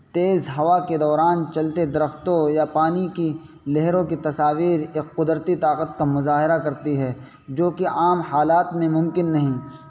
تیز ہوا کے دوران چلتے درختوں یا پانی کی لہروں کی تصاویر ایک قدرتی طاقت کا مظاہرہ کرتی ہے جوکہ عام حالات میں ممکن نہیں